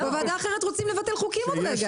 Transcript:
בוועדה אחרת רוצים לבטל חוקים עוד רגע.